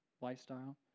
lifestyle